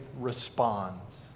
responds